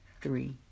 three